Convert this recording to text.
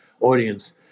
audience